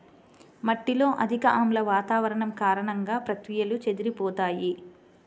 మట్టిలో అధిక ఆమ్ల వాతావరణం కారణంగా, ప్రక్రియలు చెదిరిపోతాయి